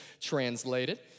translated